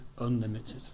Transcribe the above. unlimited